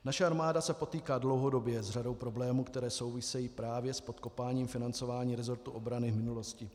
Naše armáda se potýká dlouhodobě s řadou problémů, které souvisejí právě s podkopáním financování resortu obrany v minulosti.